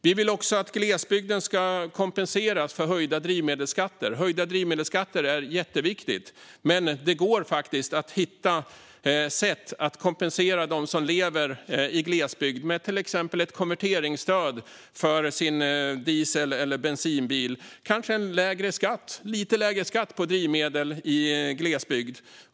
Vi vill att glesbygden ska kompenseras för höjda drivmedelsskatter. Det är jätteviktigt med höjda drivmedelsskatter, men det går faktiskt att hitta sätt att kompensera dem som lever i glesbygd med till exempel ett konverteringsstöd för deras diesel eller bensinbilar. Vi kanske kan ha en lite lägre skatt på drivmedel i glesbygd.